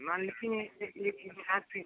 मान लो इसी में एक एक भैँस